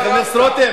מה תרמת?